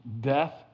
Death